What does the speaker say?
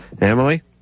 Emily